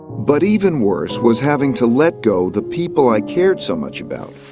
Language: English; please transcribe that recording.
but even worse was having to let go the people i cared so much about.